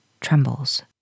trembles